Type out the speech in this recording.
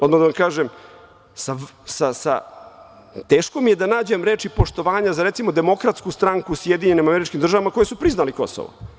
Moram da vam kažem da mi je teško da nađem reči poštovanja za, recimo, Demokratsku stranku u SAD, koje su priznale Kosovo.